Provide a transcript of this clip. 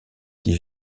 qui